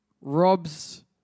Robs